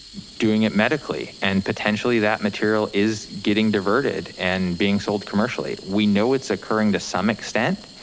doing it medically and potentially that material is getting diverted and being sold commercially. we know it's occurring to some extent.